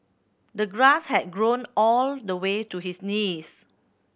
the grass had grown all the way to his knees